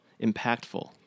impactful